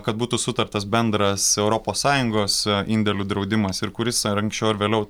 kad būtų sutartas bendras europos sąjungos indėlių draudimas ir kuris ar anksčiau ar vėliau